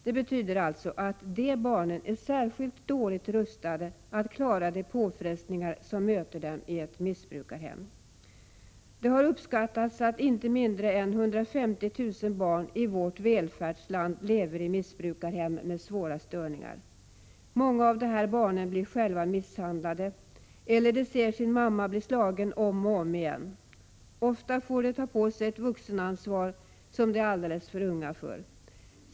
Dessa barn är alltså särskilt dåligt rustade för att klara de påfrestningar som möter dem i ett missbrukarhem. Uppskattningsvis lever inte mindre än 150 000 barn i vårt välfärdsland i missbrukarhem med svåra störningar. Många av dessa barn blir själva misshandlade eller får se sin mamma bli slagen om och om igen. Ofta får de ta på sig ett vuxenansvar som de är alldeles för unga för.